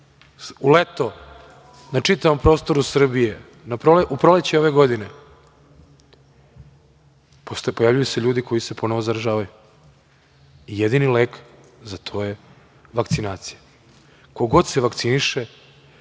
u leto na čitavom prostoru Srbije, u proleće ove godine, pojavljuju se ljudi koji se ponovo zaražavaju. Jedni lek za to je vakcinacija. Ko god se vakciniše,